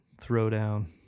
throwdown